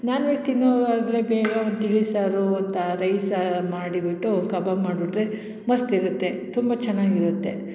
ನಾನ್ veg ತಿನ್ನುವರಾದ್ರೆ ಬೇಗ ಒಂದು ತಿಳಿಸಾರು ಒಂದು ರೈಸಾ ಮಾಡಿ ಬಿಟ್ಟು ಕಬಾಬ್ ಮಾಡಿಬಿಟ್ರೆ ಮಸ್ತ್ ಇರುತ್ತೆ ತುಂಬ ಚೆನ್ನಾಗಿರುತ್ತೆ